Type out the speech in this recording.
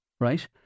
Right